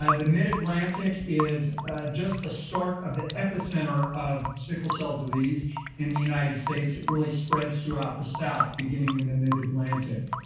ah the mid atlantic is just the start of the epi center of sickle cell disease in the united states. it really spreads through out the south, beginning in the mid atlantic.